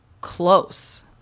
close